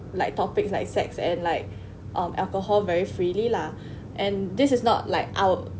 like topics like sex and like um alcohol very freely lah and this is not like our